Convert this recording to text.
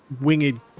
winged